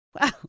Wow